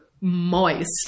moist